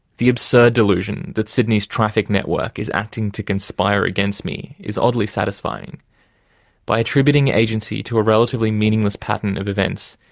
the absurd delusion that sydney's traffic network is acting to conspire against me is oddly satisfying by attributing agency to a relatively meaningless pattern of events,